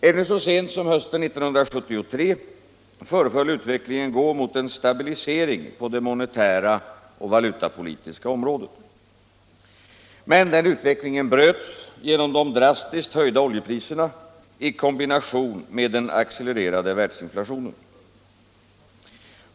Ännu så sent som hösten 1973 föreföll utvecklingen gå mot en stabilisering på det monetära och valutapolitiska området. Men den utvecklingen bröts genom de drastiskt höjda oljepriserna i kombination med den accelererade världsinflationen.